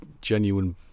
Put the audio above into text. genuine